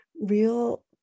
real